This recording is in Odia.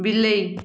ବିଲେଇ